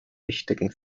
wichtigen